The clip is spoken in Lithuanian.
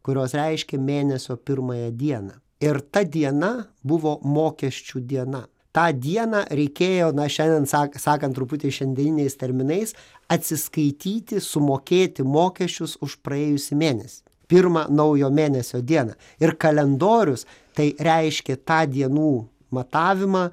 kurios reiškia mėnesio pirmąją dieną ir ta diena buvo mokesčių diena tą dieną reikėjo na šiandien sak sakant truputį šiandieniniais terminais atsiskaityti sumokėti mokesčius už praėjusį mėnesį pirmą naujo mėnesio dieną ir kalendorius tai reiškia tą dienų matavimą